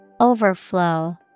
Overflow